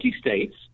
states